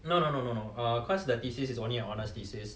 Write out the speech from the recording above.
no no no no no err cause the thesis is only a honours thesis